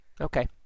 Okay